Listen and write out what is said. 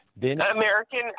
American